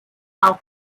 auch